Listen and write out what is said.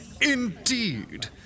Indeed